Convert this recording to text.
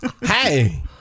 Hey